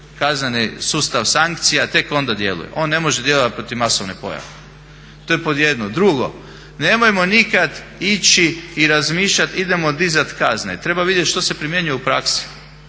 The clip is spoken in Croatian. kazneni sustav sankcija tek onda djeluje. On ne može djelovat protiv masovne pojave. To je pod jedno. Drugo, nemojmo nikad ići i razmišljat idemo dizat kazne. Treba vidjet što se primjenjuje u praksi.